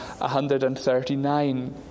139